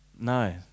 no